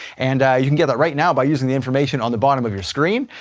and you can get that right now by using the information on the bottom of your screen,